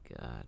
God